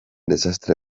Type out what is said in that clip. desastre